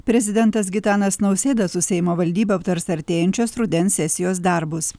prezidentas gitanas nausėda su seimo valdyba aptars artėjančios rudens sesijos darbus